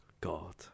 God